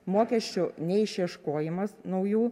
mokesčių neišieškojimas naujų